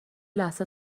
لحظه